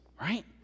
right